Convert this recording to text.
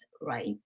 right